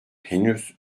henüz